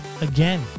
again